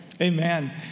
Amen